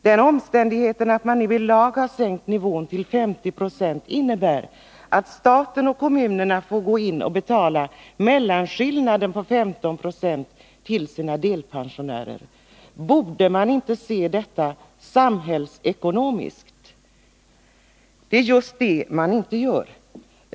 Den omständigheten att man nu i lag har sänkt nivån till 50 76 innebär att staten och kommunerna får gå in och betala mellanskillnaden på 15 96 till sina delpensionärer. Borde man inte se detta samhällsekonomiskt? Det är just det man inte gör.